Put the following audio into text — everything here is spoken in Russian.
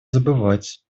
забывать